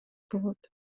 болот